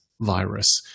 virus